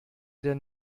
der